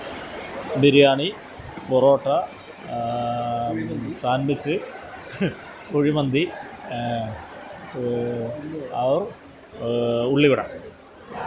biryani parotta sandwich കുഴിമന്തി ആ ഉള്ളിവട